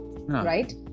right